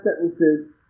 sentences